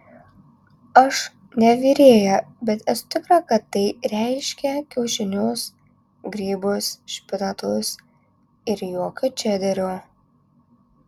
aš ne virėja bet esu tikra kad tai reiškia kiaušinius grybus špinatus ir jokio čederio